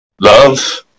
love